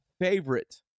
favorite